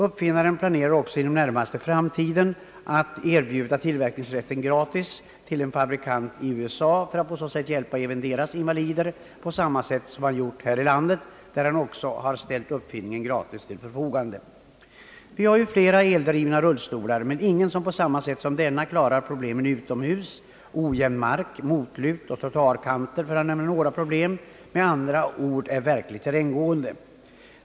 Uppfinnaren planerar också att inom den närmaste framtiden erbjuda tillverkningsrätten gratis till en fabrikant i USA för att på så sätt hjälpa deras invalider på samma sätt som han gjort här i landet, där han också har ställt uppfinningen gratis till förfogande. Vi har flera eldrivna rullstolar men ingen som på samma sätt som denna klarar problemen utomhus, ojämn mark, motlut och trottoarkanter för att nämna några problem, Med andra ord den är terränggående.